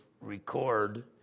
record